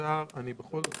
זאת